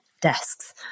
desks